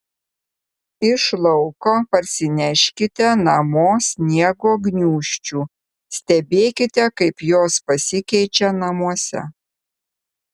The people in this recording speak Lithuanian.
iš lauko parsineškite namo sniego gniūžčių stebėkite kaip jos pasikeičia namuose